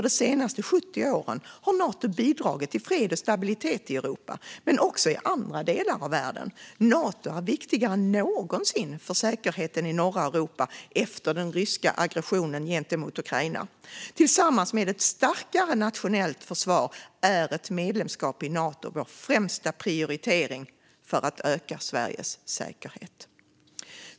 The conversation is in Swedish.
De senaste 70 åren har Nato bidragit till fred och stabilitet i Europa men också i andra delar av världen. Nato är viktigare än någonsin för säkerheten i norra Europa efter den ryska aggressionen gentemot Ukraina. Tillsammans med ett starkare nationellt försvar är ett medlemskap i Nato vår främsta prioritering för att öka Sveriges säkerhet.